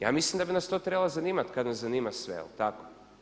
Ja mislim da bi nas to trebalo zanimati kad nas zanima sve jel tako?